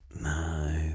No